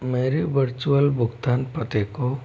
मेरे वर्चुअल भुगतान पते को